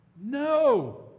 No